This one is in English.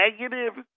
negative